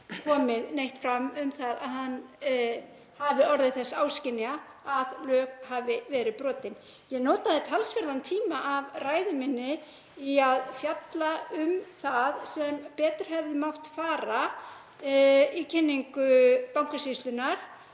komið neitt fram um það, hann hafi ekki orðið þess áskynja að lög hafi verið brotin. Ég notaði talsverðan tíma af ræðu minni í að fjalla um það sem betur hefði mátt fara í kynningu Bankasýslunnar,